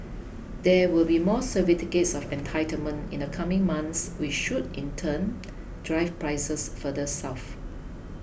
there will be more certificates of entitlement in the coming months which should in turn drive prices further south